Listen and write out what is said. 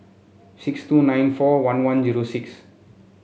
six two nine four one one zero six